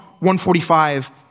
145